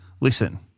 listen